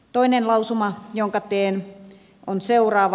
toinen lausuma jonka teen on seuraava